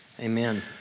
Amen